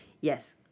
Yes